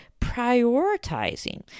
prioritizing